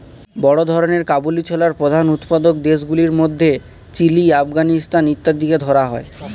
বড় ধরনের কাবুলি ছোলার প্রধান উৎপাদক দেশগুলির মধ্যে চিলি, আফগানিস্তান ইত্যাদিকে ধরা হয়